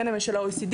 הם של ה-OECD,